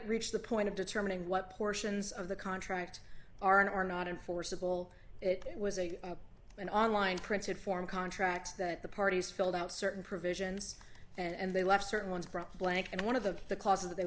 reached the point of determining what portions of the contract are and are not enforceable it was a an online printed form contract that the parties filled out certain provisions and they left certain ones blank and one of the cause of the